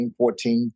14